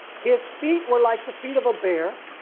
his feet were like the feet of a bear,